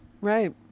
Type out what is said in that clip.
Right